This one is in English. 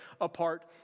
apart